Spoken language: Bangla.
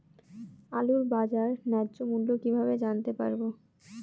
আলুর বাজার ন্যায্য মূল্য কিভাবে জানতে পারবো?